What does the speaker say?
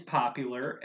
popular